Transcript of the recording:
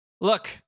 look